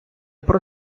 про